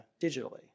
digitally